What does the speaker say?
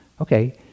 Okay